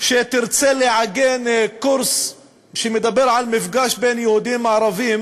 שתרצה לעגן קורס שמדבר על מפגש בין יהודים וערבים